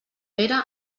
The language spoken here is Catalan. pere